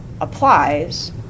applies